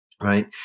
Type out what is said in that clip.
right